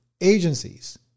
agencies